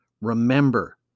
remember